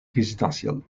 résidentielle